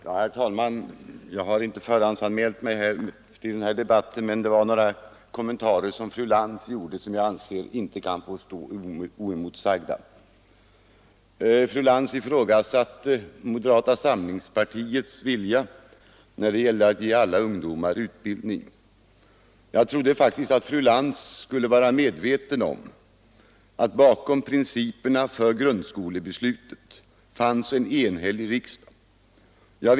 Herr talman! Jag har inte förhandsanmält mig till den här debatten, men fru Lantz gjorde några kommentarer som jag anser inte kan få stå oemotsagda. Fru Lantz ifrågasatte moderata samlingspartiets vilja att ge alla ungdomar utbildning. Jag trodde faktiskt att fru Lantz skulle vara medveten om att bakom principerna för grundskolebeslutet fanns en enhällig riksdag.